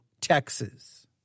Texas